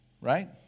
right